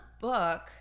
book